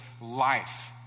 life